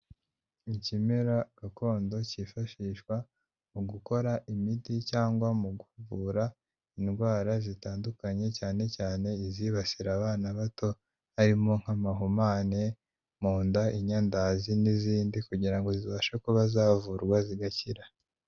Ikimera gakondo cyifashishwa mu gukora imiti cyangwa mu kuvura indwara zitandukanye, cyane cyane izibasira abana bato, harimo nk'amahumane, mu nda, inyandazi n'izindi kugira ngo zibashe kuba zavurwa zigakira.